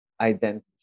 identity